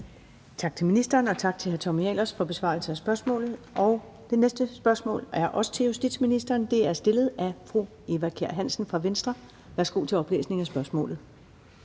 Tak til ministeren og tak til hr. Tommy Ahlers for besvarelse og spørgsmål. Det næste spørgsmål er også til justitsministeren, og det er stillet af fru Eva Kjer Hansen fra Venstre. Kl. 13:40 Spm.